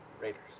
Raiders